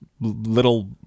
little